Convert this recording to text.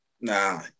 Nah